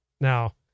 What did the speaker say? Now